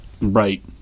right